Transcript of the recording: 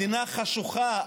מדינה חשוכה,